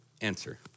answer